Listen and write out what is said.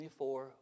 24